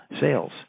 sales